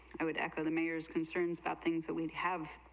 i mean to the mayor's concerns about things that we have